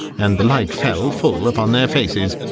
and the light fell full upon their faces.